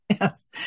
Yes